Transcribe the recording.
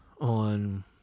on